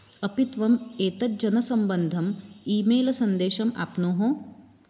अपि त्वम् एतत् जनसम्बन्धम् ई मेल सन्देशम् आप्नोः